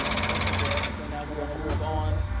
thank you, deb. so now we're gonna move on.